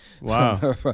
Wow